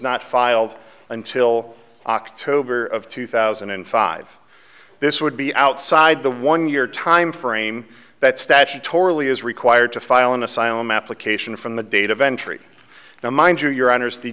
not filed until october of two thousand and five this would be outside the one year time frame that statutorily is required to file an asylum application from the date of entry now mind you your honour's the